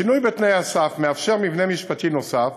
השינוי בתנאי הסף מאפשר מבנה משפטי נוסף: